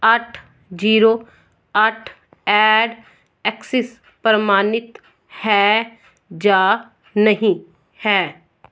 ਅੱਠ ਜੀਰੋ ਅੱਠ eight axis ਪ੍ਰਮਾਣਿਤ ਹੈ ਜਾਂ ਨਹੀਂ ਹੈ